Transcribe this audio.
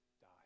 die